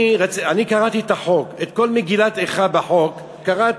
אני קראתי את החוק, את כל מגילת איכה בחוק קראתי.